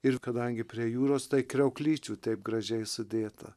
ir kadangi prie jūros tai kriauklyčių taip gražiai sudėta